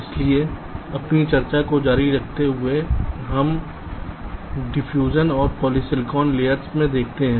इसलिए अपनी चर्चाओं को जारी रखते हुए अब हम डिफ्यूजन और पॉलीसिलिकॉन लेयर्स में देखते हैं